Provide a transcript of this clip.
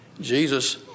Jesus